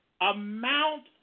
amount